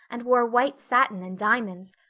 and wore white satin and diamonds.